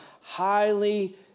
highly